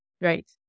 Right